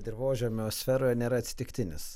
dirvožemio sferoje nėra atsitiktinis